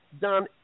done